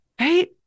right